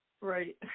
Right